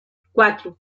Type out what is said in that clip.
cuatro